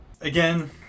Again